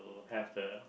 have the